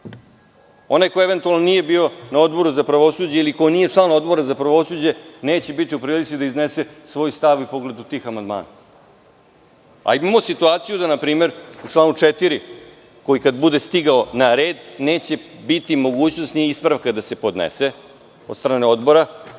Onaj ko eventualno nije bio na Odboru za pravosuđe ili ko nije član Odbora za pravosuđe neće biti u prilici da iznese svoj stav u pogledu tih amandmana, a imamo situaciju da npr. u članu 4. koji kada bude stigao na red neće biti mogućnosti ni ispravka da se podnese od strane odbora,